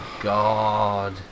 God